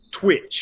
twitch